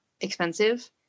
expensive